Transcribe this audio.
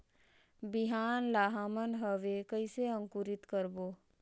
बिहान ला हमन हवे कइसे अंकुरित करबो?